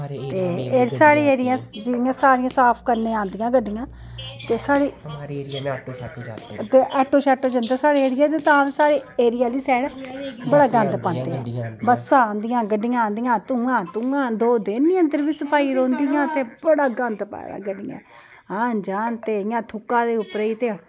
ते साढ़ी ऐरिया च सारी साफ करने गी आंदियां गड्डियां ते आटो शाटो जंदे साढ़े ऐरिया च तां साढ़े ऐरिया आहली साइड बड़ा गंद पांदे बस्सां आंदियां गड्डियां आंदियां धूआं धूआं दो दिन नेईं अंदर सफाई रौंहदी बड़ा गंद पाए दा गड्डियें आहले आन जान ते इयां थुक्का दे उप्परा गी ते